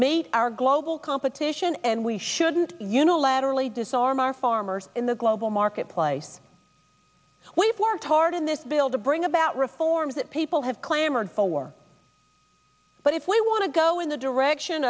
make our global competition and we shouldn't unilaterally disarm our farmers in the global marketplace we've worked hard in this bill to bring about reforms that people have clamored for but if we want to go in the direction